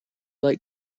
like